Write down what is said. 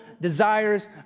desires